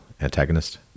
antagonist